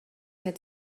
had